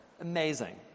Amazing